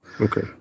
Okay